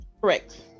Correct